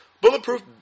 Bulletproof